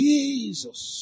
Jesus